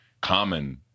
common